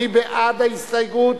מי בעד ההסתייגות?